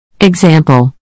Example